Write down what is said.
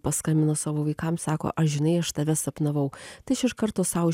paskambina savo vaikams sako aš žinai aš tave sapnavau tai aš iš karto sau